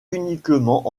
uniquement